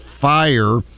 fire